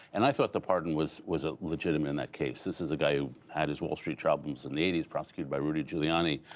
and i thought the pardon was was ah legitimate in that case. this is a guy who had his wall street problems in the eighty s, prosecuted by rudy giuliani.